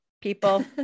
people